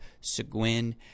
Seguin